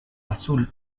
azul